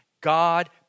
God